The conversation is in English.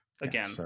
again